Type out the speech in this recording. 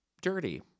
dirty